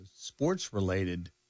Sports-related